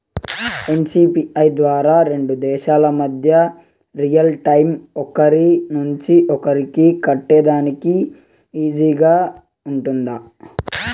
NCPI ద్వారా రెండు దేశాల మధ్య రియల్ టైము ఒకరి నుంచి ఒకరికి కట్టేదానికి ఈజీగా గా ఉంటుందా?